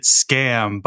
scam